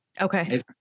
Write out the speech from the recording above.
okay